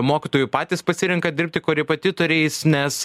mokytojų patys pasirenka dirbti korepetitoriais nes